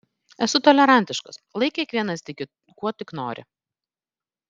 esu tolerantiškas lai kiekvienas tiki kuo tik nori